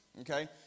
okay